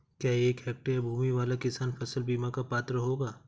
क्या एक हेक्टेयर भूमि वाला किसान फसल बीमा का पात्र होगा?